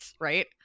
right